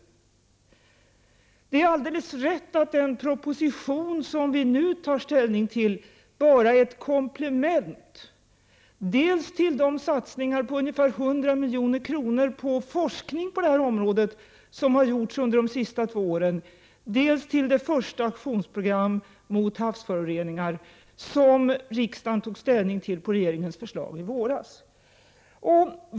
103 Det är alldeles rätt att den proposition som vi nu tar ställning till bara är ett komplement dels till de satsningar på ungefär 100 milj.kr. på forskning på detta område som har gjorts under de senaste två åren, dels till det första aktionsprogram mot havsföroreningar som riksdagen tog ställning till på regeringens förslag i våras.